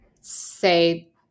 say